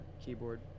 keyboard